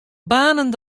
banen